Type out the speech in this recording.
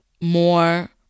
more